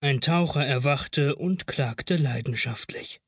ein taucher erwachte und klagte leidenschaftlich